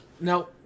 No